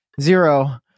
zero